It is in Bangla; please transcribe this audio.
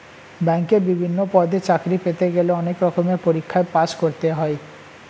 ব্যাংকে বিভিন্ন পদে চাকরি পেতে গেলে অনেক রকমের পরীক্ষায় পাশ করতে হয়